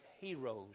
heroes